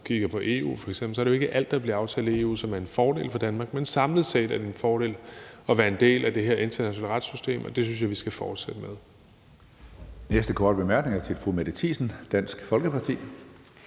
kigger på EU. Det er jo ikke alt, der bliver aftalt i EU, som er en fordel for Danmark, men samlet set er det en fordel at være en del af det her internationale retssystem, og det synes jeg vi skal fortsætte med.